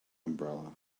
umbrella